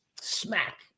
Smack